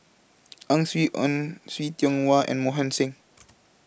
Ang Swee Aun See Tiong Wah and Mohan Singh